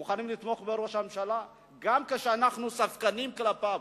אנחנו מוכנים לתמוך בראש הממשלה גם כשאנחנו ספקנים כלפיו,